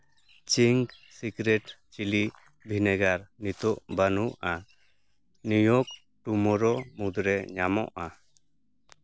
Ching's secret chilli vinegar ᱱᱤᱛᱚᱜ ᱵᱟᱹᱱᱩᱜᱼᱟ ᱱᱤᱭᱳ ᱴᱩᱢᱚᱨᱳ ᱢᱩᱫᱽᱨᱮ ᱧᱟᱢᱚᱜᱼᱟ